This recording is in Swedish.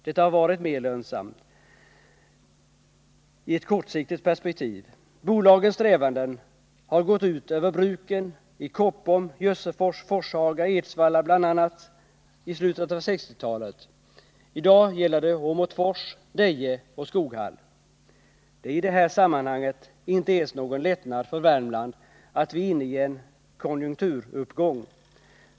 Bolagens strävanden gick under slutet av 1960-talet ut över bruken i Koppom, Jössefors, Forshaga och Edsvalla. I dag gäller det Åmotfors, Deje och Skoghall. Det är i det här sammanhanget inte ens någon lättnad för Värmland att vi är inne i en konjunkturuppgång.